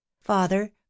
father